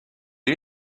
you